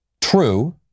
true